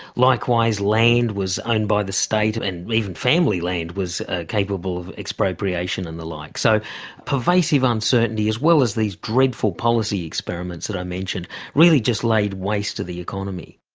likewise, land was owned by the state and even family land was capable of expropriation and the like. so pervasive uncertainty as well as these dreadful policy experiments that i mentioned really just laid waste to the economy.